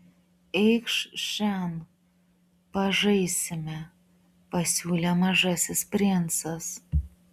eikš šen pažaisime pasiūlė mažasis princas